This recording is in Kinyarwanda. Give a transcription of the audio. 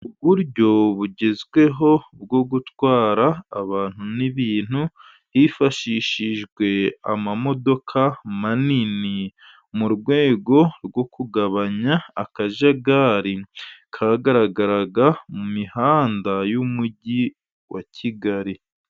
Uburyo bugezweho bwo gutwara abantu n'ibintu, hifashishijwe amamodoka manini mu rwego rwo kugabanya akajagari, kagaragara mu mihanda y'umujyi w'i kigali.